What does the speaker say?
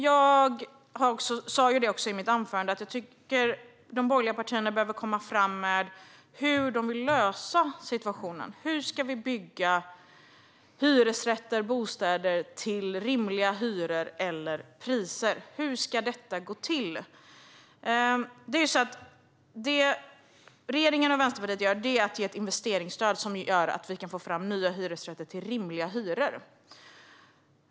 Jag sa i mitt anförande att jag tycker att de borgerliga partierna behöver komma fram med hur de vill lösa situationen. Hur ska vi bygga hyresrätter och bostäder med rimliga hyror och priser? Hur ska detta gå till? Det regeringen och Vänsterpartiet gör är att ge ett investeringsstöd som gör att vi kan få fram hyresrätter med rimliga hyror.